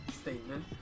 statement